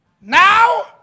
Now